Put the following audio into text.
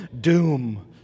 doom